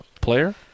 player